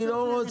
אני לא רוצה.